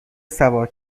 سوار